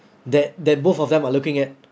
that that both of them are looking at